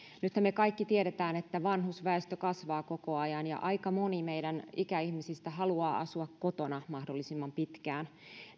nythän me kaikki tiedämme että vanhusväestö kasvaa koko ajan ja kun aika moni meidän ikäihmisistämme haluaa asua kotona mahdollisimman pitkään